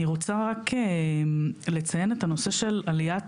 אני רוצה רק לציין את הנושא של עליית